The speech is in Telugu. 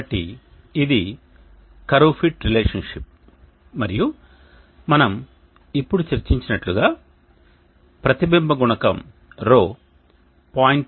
కాబట్టి ఇది కర్వ్ ఫిట్ రిలేషన్షిప్ మరియు మనం ఇప్పుడు చర్చించినట్లుగా ప్రతిబింబ గుణకం ρ 0